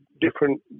different